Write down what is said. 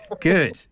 good